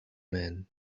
man